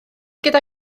gyda